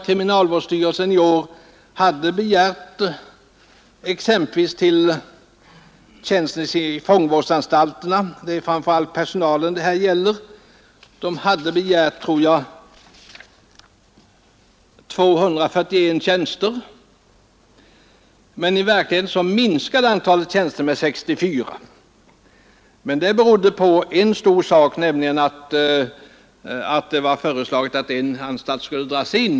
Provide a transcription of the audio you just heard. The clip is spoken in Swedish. Kriminalvårdsstyrelsen hade i år exempelvis begärt 241 nya tjänster — om jag inte missminner mig — vid fångvårdsanstalterna, men i verkligheten minskade antalet tjänster med 64. Det berodde på en stor sak, nämligen att det föreslagits att en anstalt skulle dras in.